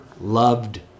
loved